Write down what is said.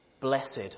Blessed